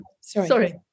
sorry